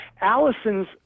Allison's